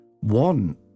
One